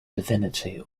divinity